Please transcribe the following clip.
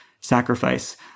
sacrifice